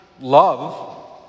love